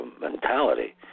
mentality